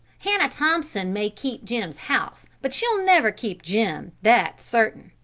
hannah thompson may keep jim's house, but she'll never keep jim, that's certain!